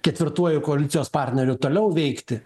ketvirtuoju koalicijos partneriu toliau veikti